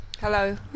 Hello